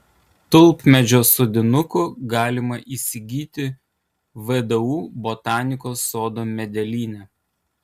tulpmedžio sodinukų galima įsigyti vdu botanikos sodo medelyne